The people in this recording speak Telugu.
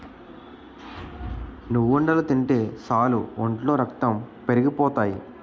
నువ్వుండలు తింటే సాలు ఒంట్లో రక్తం పెరిగిపోతాయి